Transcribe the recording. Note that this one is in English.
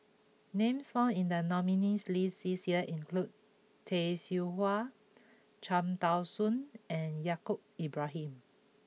names found in the nominees' list this year include Tay Seow Huah Cham Tao Soon and Yaacob Ibrahim